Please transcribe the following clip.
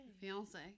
Fiance